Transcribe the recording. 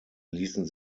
ließen